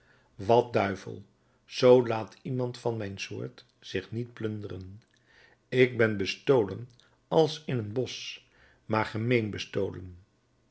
wat duivel z laat iemand van mijn soort zich niet plunderen ik ben bestolen als in een bosch maar